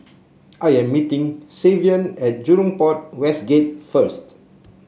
I am meeting Savion at Jurong Port West Gate first